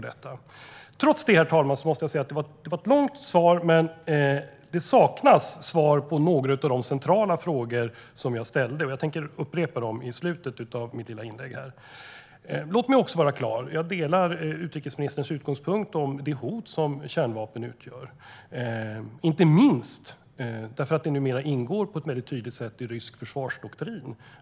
Herr talman! Det var ett långt svar, men trots det saknas det svar på några av de centrala frågor som jag ställde. Jag tänker upprepa dem i slutet av mitt inlägg. Låt mig vara tydlig med att jag instämmer i utrikesministerns utgångspunkt om det hot som kärnvapen utgör, inte minst eftersom det numera på ett tydligt sätt ingår i rysk försvarsdoktrin.